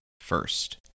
first